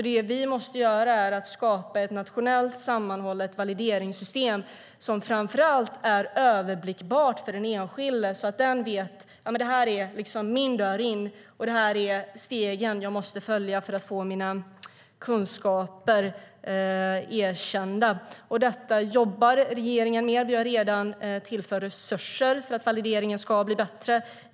Det vi måste göra är att skapa ett nationellt sammanhållet valideringssystem, som framför allt är överblickbart för den enskilde, så att man kan se vad som är ens egen dörr in och vilka steg man måste följa för att få sina kunskaper erkända. Detta jobbar regeringen med. Vi har redan tillfört resurser för att valideringen ska bli bättre.